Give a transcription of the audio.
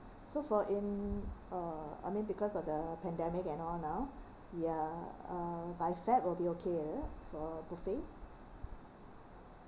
so for in uh I mean because of the pandemic and all now ya uh by feb will be okay ah for buffet